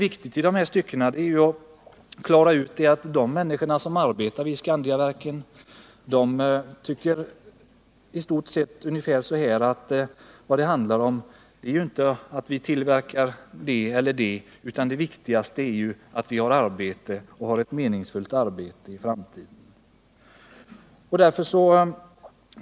Väsentligt i dessa stycken är att klara ut att de människor som arbetar i Skandiaverken tycker ungefär som så: Det viktigaste är inte om vi tillverkar det eller det, utan det viktigaste är att vi har ett meningsfullt arbete i framtiden.